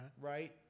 right